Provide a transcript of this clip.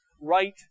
right